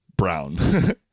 brown